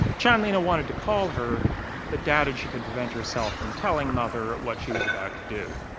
chanlina wanted to call her but doubted she could prevent herself from telling mother what she was about to do.